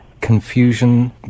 confusion